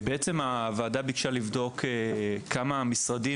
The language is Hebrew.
הוועדה בעצם ביקשה לבדוק כמה משרדים